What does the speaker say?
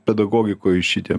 pedagogikoj šitiem